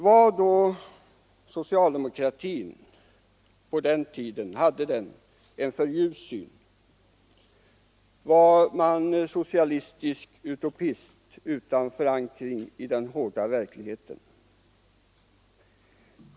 Hade då socialdemokratin på den tiden en för ljus syn? Var dess företrädare socialistiska utopister utan förankring i den hårda verkligheten?